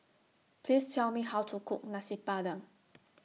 Please Tell Me How to Cook Nasi Padang